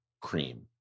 cream